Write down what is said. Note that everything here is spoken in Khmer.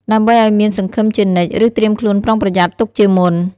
ដើម្បីឲ្យមានសង្ឃឹមជានិច្ច ឬត្រៀមខ្លួនប្រុងប្រយ័ត្នទុកជាមុន។